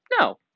No